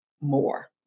more